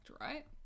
right